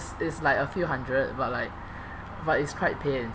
it's like a few hundred but like but it's quite pain